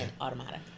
automatic